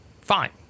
fine